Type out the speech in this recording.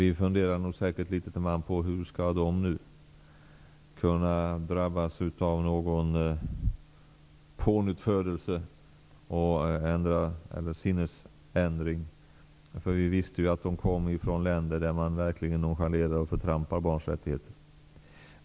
Vi funderade nog litet till mans hur de skulle kunna drabbas av någon pånyttfödelse och sinnesändring. Vi visste ju att de kom från länder där man verkligen nonchalerar och förtrampar barnens rättigheter.